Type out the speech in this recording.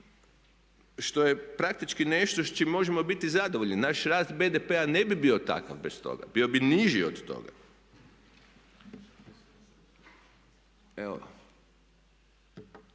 Što je praktički nešto s čim možemo biti zadovoljni. Naš rast BDP-a ne bi bio takav bez toga, bio bi niži od toga. Budući